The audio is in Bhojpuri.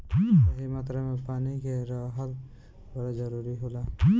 सही मात्रा में पानी के रहल बड़ा जरूरी होला